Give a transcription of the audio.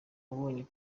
abonye